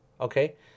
okay